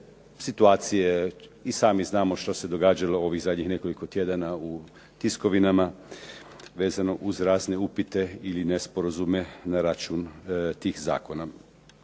I sami znamo što se događalo ovih zadnjih nekoliko tjedana u tiskovinama vezano uz razne upite ili nesporazume na račun tih zakona.